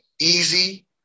easy